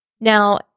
Now